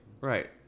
Right